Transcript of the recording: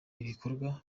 ibikorwa